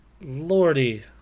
Lordy